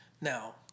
now